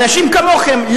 אנשים כמוכם,